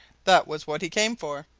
that was what he came for.